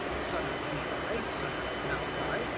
son of levi, son of melchi,